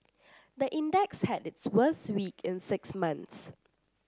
the index had its worst week in six months